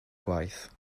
gwaith